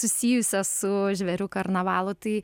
susijusias su žvėrių karnavalu tai